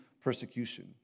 persecution